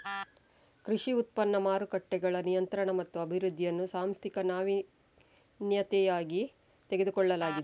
ಕೃಷಿ ಉತ್ಪನ್ನ ಮಾರುಕಟ್ಟೆಗಳ ನಿಯಂತ್ರಣ ಮತ್ತು ಅಭಿವೃದ್ಧಿಯನ್ನು ಸಾಂಸ್ಥಿಕ ನಾವೀನ್ಯತೆಯಾಗಿ ತೆಗೆದುಕೊಳ್ಳಲಾಗಿದೆ